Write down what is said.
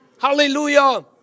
Hallelujah